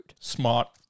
Smart